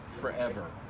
forever